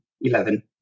eleven